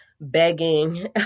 begging